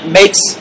makes